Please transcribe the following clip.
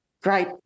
great